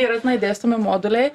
yra tenai dėstomi moduliai